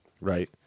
right